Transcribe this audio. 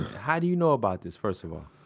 how do you know about this? first of all